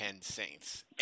Saints